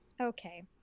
Okay